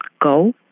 go